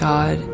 God